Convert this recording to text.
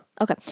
Okay